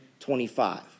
25